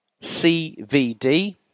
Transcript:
CVD